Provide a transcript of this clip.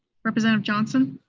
representative johnson?